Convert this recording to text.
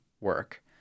work